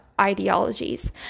ideologies